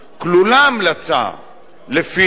כלולה המלצה שלפיה,